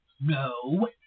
No